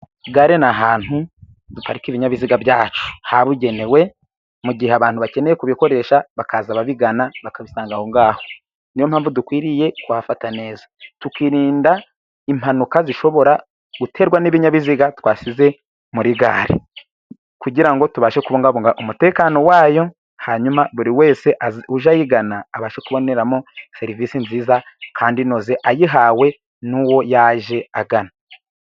Gare ni ahantu haparika ibinyabiziga byacu habugenewe, mu gihe abantu bakeneye kubikoresha bakaza babigana bakabisanga aho ngaho niyo mpamvu dukwiriye kubifata neza tukirinda impanuka zishobora guterwa n'ibinyabiziga twasize muri gare kugirango tubashe kubungabunga umutekano wabyo hanyuma buri wese uje ayigana abashe kuboneramo serivisi nziza kandi inoze ayihawe n'uwo yaje agana.